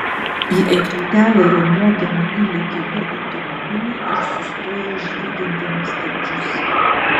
į aikštelę riaumodami įlėkė du automobiliai ir sustojo žvygindami stabdžius